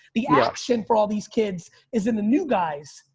the action for all these kids is in the new guys.